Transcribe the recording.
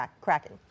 cracking